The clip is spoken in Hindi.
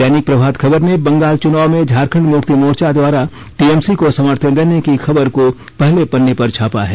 दैनिक प्रभात खबर ने बंगाल चुनाव में झारखंड मुक्ति मोर्चा द्वारा टीएमसी को समर्थन देने की खबर को पहले पन्ने पर छापा है